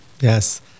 Yes